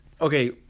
okay